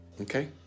Okay